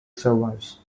survives